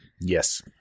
Yes